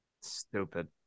Stupid